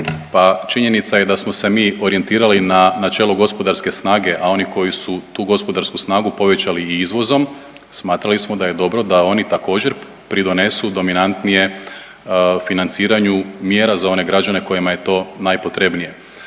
Pa činjenica je da smo se mi orijentirali na načelo gospodarske snage, a oni koji su tu gospodarsku snagu povećali i izvozom smatrali smo da je dobro da oni također pridonesu dominantnije financiranju mjera za one građane kojima je to najpotrebnije.